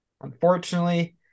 Unfortunately